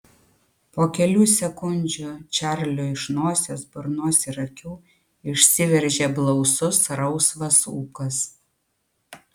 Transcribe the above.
po kelių sekundžių čarliui iš nosies burnos ir akių išsiveržė blausus rausvas ūkas